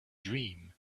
dream